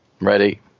Ready